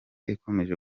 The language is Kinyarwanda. ikomeje